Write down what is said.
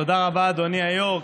תודה רבה, אדוני היושב-ראש.